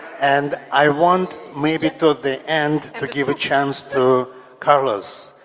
and i want, maybe to the end, to give a chance to carlos.